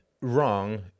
wrong